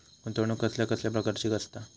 गुंतवणूक कसल्या कसल्या प्रकाराची असता?